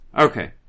Okay